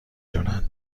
دونن